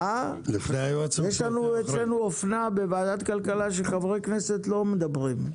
יש אצלנו אופנה בוועדת כלכלה שחברי כנסת לא מדברים.